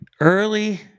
early